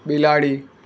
બિલાડી